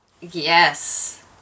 yes